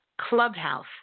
Clubhouse